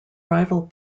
rival